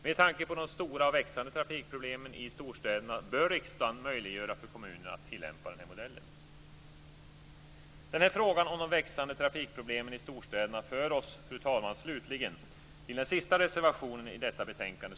Med tanke på de stora och växande trafikproblemen i storstäderna bör riksdagen möjliggöra för kommunerna att tillämpa den här modellen. Denna fråga om de växande trafikproblemen i storstäderna för oss, fru talman, slutligen till den sista reservationen i detta betänkande.